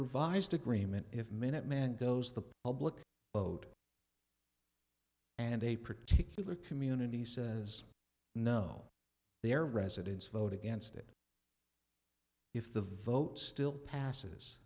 revised agreement if minuteman goes to the public vote and a particular community says no they are residents vote against it if the vote still passes